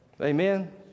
Amen